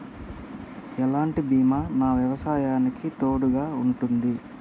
ఎలాంటి బీమా నా వ్యవసాయానికి తోడుగా ఉంటుంది?